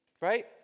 right